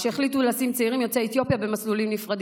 כשהחליטו לשים צעירים יוצאי אתיופיה במסלולים נפרדים.